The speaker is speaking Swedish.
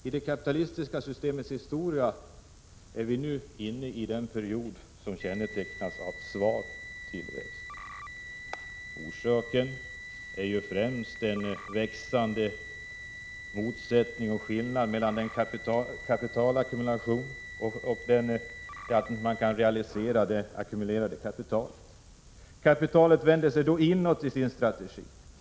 I det kapitalistiska systemets historia är vi nu inne i den period som kännetecknas av svag tillväxt. Orsaken är främst den växande motsättningen och skillnaden mellan kapitalackumulation och möjligheten att realisera det ackumulerade kapitalet. Kapitalet vänder sig då inåt i sin strategi.